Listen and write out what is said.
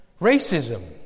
racism